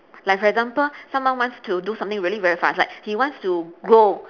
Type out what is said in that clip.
like for example someone wants to do something really very fast like he wants to grow